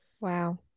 Wow